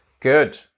Good